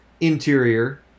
interior